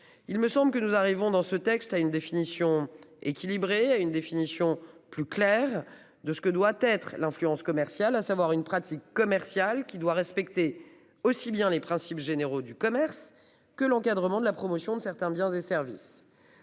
Il me semble que nous arrivons dans ce texte à une définition équilibrée a une définition plus claire de ce que doit être l'influence commerciale, à savoir une pratique commerciale qui doit respecter aussi bien les principes généraux du commerce que l'encadrement de la promotion de certains biens et services.